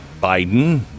Biden